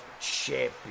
champion